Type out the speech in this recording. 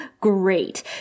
great